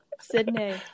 Sydney